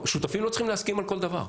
שותפים לא צריכים להסכים על כל דבר,